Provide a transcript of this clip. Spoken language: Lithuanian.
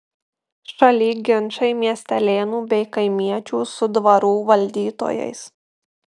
šaly ginčai miestelėnų bei kaimiečių su dvarų valdytojais